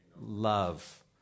Love